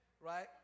right